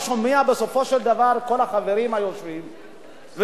בסופו של דבר כשאתה שומע את כל החברים היושבים ומסכימים,